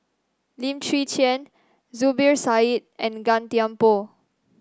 Lim Chwee Chian Zubir Said and Gan Thiam Poh